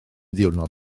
ddiwrnod